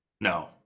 no